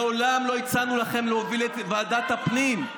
מעולם לא הצענו לכם להוביל את ועדת הפנים.